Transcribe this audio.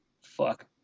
Fuck